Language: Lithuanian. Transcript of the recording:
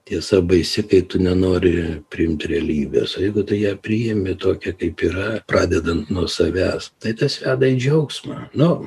tiesa baisi kai tu nenori priimt realybės o jeigu tu ją priimi tokią kaip yra pradedant nuo savęs tai tas veda į džiaugsmą nu